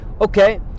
Okay